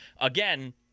Again